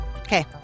Okay